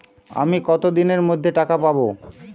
আমি কতদিনের মধ্যে টাকা পাবো?